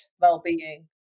well-being